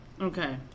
Okay